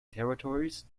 territories